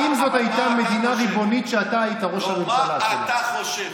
מה אתה, אתה, מה אתה חושב?